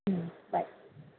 bye